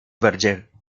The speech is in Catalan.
verger